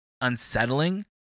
unsettling